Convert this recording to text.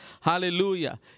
Hallelujah